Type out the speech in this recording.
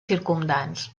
circumdants